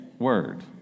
Word